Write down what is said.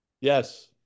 Yes